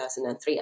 2003